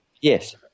yes